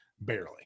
barely